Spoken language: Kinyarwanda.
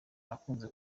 akunze